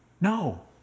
No